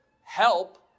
Help